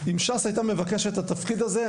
אם ש"ס הייתה מבקשת את התפקיד הזה,